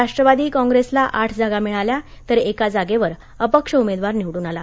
राष्ट्रवादी काँप्रेसला आठ जागा मिळाल्या तर एका जागेवर अपक्ष उमेदवार निवडुन आला